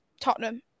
Tottenham